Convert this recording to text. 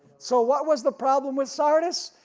so what was the problem with sardis?